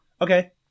Okay